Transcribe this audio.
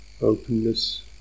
openness